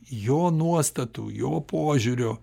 jo nuostatų jo požiūrio